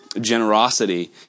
generosity